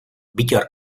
bittor